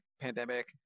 Pandemic